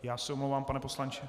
Já se omlouvám, pane poslanče...